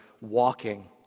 walking